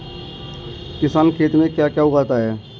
किसान खेत में क्या क्या उगाता है?